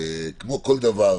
וכמו כל דבר,